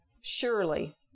Surely